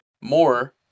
more